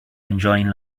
enjoying